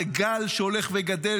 זה גל שהולך וגדל.